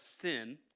sin